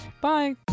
Bye